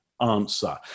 answer